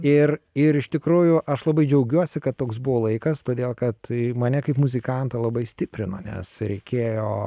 ir ir iš tikrųjų aš labai džiaugiuosi kad toks buvo laikas todėl kad mane kaip muzikantą labai stiprino nes reikėjo